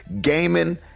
gaming